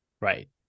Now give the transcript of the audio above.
Right